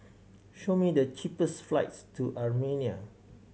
show me the cheapest flights to Armenia